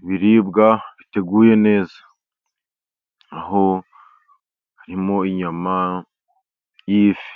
Ibiribwa biteguye neza, aho harimo inyama y'ifi,